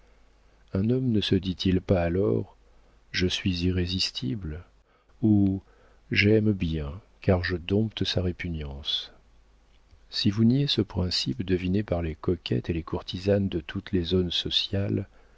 un homme ne se dit-il pas alors je suis irrésistible ou jaime bien car je dompte sa répugnance si vous niez ce principe deviné par les coquettes et les courtisanes de toutes les zones sociales